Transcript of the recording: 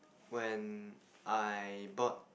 when I bought